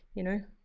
you know,